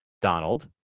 Donald